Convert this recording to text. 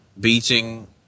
beating